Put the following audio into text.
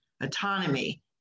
autonomy